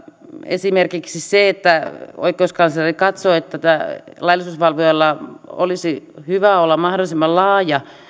esimerkiksi oikeuskansleri katsoo että laillisuusvalvojalla olisi hyvä olla mahdollisimman laaja